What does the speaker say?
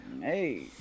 Hey